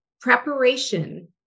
preparation